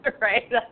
right